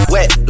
Wet